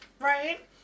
right